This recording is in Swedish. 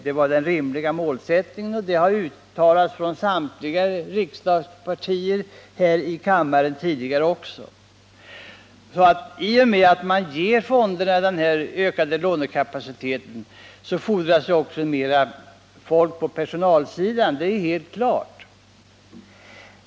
Det var den rimliga målsättningen. Det har också uttalats från samtliga riksdagspartier här i kammaren tidigare. Oavsett att man ger fonderna den här ökade utlåningskapaciteten fordras också mer personal, det är helt klart.